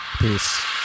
peace